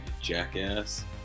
jackass